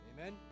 Amen